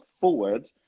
forward